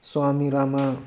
swami Rama